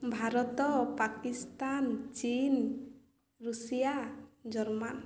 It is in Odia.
ଭାରତ ପାକିସ୍ତାନ ଚୀନ ଋଷିଆ ଜର୍ମାନ